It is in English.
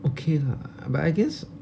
okay lah but I guess